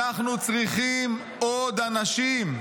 אנחנו צריכים עוד אנשים".